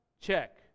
Check